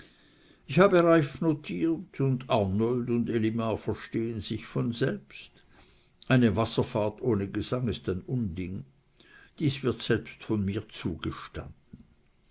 ich habe reiff notiert und arnold und elimar verstehen sich von selbst eine wasserfahrt ohne gesang ist ein unding dies wird selbst von mir zugestanden